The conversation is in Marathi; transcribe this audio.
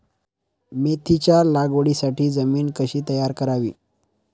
मेथीच्या लागवडीसाठी जमीन कशी तयार करावी?